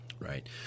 Right